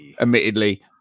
admittedly